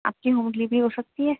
آپ کی home delivery ہو سکتی ہے